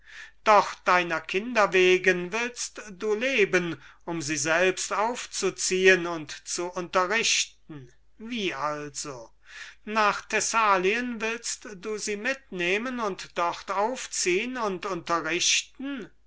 doch deiner kinder wegen willst du leben um sie selbst aufzuziehen und zu unterrichten wie also nach thessalien willst du sie mitnehmen und dort aufziehen und unterrichten